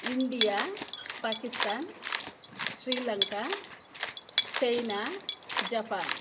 India Pakistan Sri Lanka China Japan